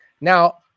now